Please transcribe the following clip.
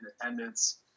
attendance